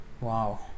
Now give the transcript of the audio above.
Wow